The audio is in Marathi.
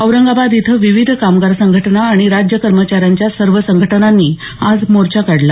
औरंगाबाद इथं विविध कामगार संघटना आणि राज्य कर्मचा यांच्या सर्व संघटनांनी आज मोर्चा काढला